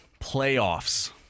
playoffs